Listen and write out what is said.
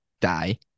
die